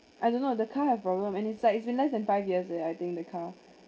I don't know the car have problem and it's like it's been less than five years leh I think the car